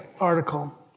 article